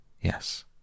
Yes